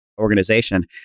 organization